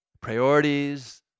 priorities